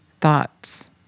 thoughts